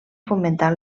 fomentar